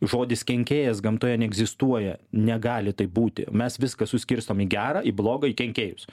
žodis kenkėjas gamtoje neegzistuoja negali taip būti mes viską suskirstom į gerą į blogą į kenkėjus